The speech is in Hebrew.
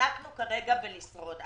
אנחנו כרגע עסוקים בלשרוד.